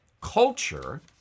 culture